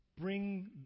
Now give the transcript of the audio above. Bring